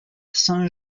saint